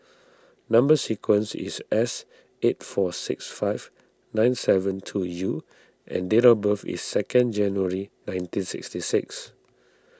Number Sequence is S eight four six five nine seven two U and date of birth is second January nineteen sixty six